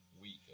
week